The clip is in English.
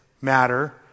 matter